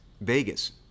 Vegas